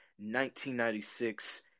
1996